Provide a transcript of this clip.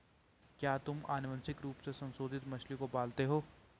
क्या तुम आनुवंशिक रूप से संशोधित मछली को पालते हो?